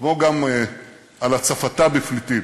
כמו גם על הצפתה בפליטים.